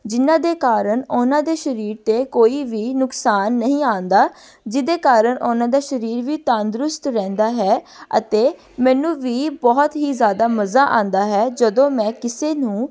ਜਿਨ੍ਹਾਂ ਦੇ ਕਾਰਨ ਉਹਨਾਂ ਦੇ ਸ਼ਰੀਰ 'ਤੇ ਕੋਈ ਵੀ ਨੁਕਸਾਨ ਨਹੀਂ ਆਉਂਦਾ ਜਿਹਦੇ ਕਾਰਨ ਉਹਨਾਂ ਦਾ ਸਰੀਰ ਵੀ ਤੰਦਰੁਸਤ ਰਹਿੰਦਾ ਹੈ ਅਤੇ ਮੈਨੂੰ ਵੀ ਬਹੁਤ ਹੀ ਜ਼ਿਆਦਾ ਮਜ਼ਾ ਆਉਂਦਾ ਹੈ ਜਦੋਂ ਮੈਂ ਕਿਸੇ ਨੂੰ